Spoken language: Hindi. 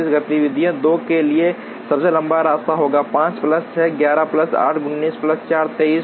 गतिविधि 2 के लिए सबसे लंबा रास्ता होगा 5 प्लस 6 11 प्लस 8 19 प्लस 4 23 हो